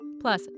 Plus